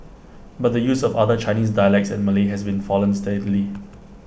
but the use of other Chinese dialects and Malay has been fallen steadily